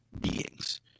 beings